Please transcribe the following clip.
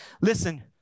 listen